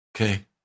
Okay